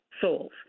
souls